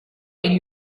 élu